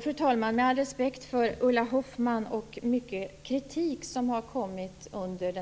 Fru talman! Med all respekt för Ulla Hoffmann och den kritik som har kommit under